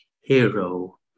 hero